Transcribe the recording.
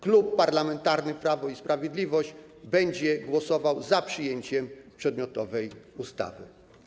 Klub Parlamentarny Prawo i Sprawiedliwość będzie głosował za przyjęciem przedmiotowej ustawy.